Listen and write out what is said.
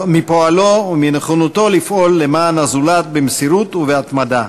מפועלו ומנכונותו לפעול למען הזולת במסירות ובהתמדה.